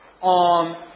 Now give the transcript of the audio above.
on